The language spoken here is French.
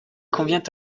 convient